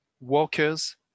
workers